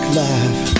life